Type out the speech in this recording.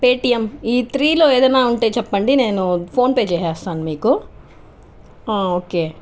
Paytm ఈ త్రీలో ఏదైనా ఉంటే చెప్పండి నేను ఫోన్పే చేసేస్తాను మీకు ఓకే